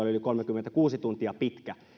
yli kolmekymmentäkuusi tuntia pitkä